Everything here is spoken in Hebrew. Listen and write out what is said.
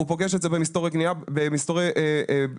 הוא פוגש את זה במסתורי כביסה,